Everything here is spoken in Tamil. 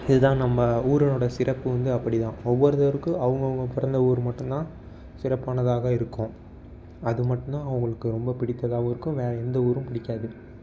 இதுதான் நம்ம ஊரோட சிறப்பு வந்து அப்படிதான் ஒவ்வொருத்தருக்கும் அவங்கவுங்க பிறந்த ஊர் மட்டும்தான் சிறப்பானதாக இருக்கும் அது மட்டும்தான் அவுங்களுக்கு ரொம்ப பிடித்தாகவும் இருக்கும் வேற எந்த ஊரும் பிடிக்காது